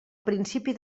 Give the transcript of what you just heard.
principi